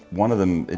one of them,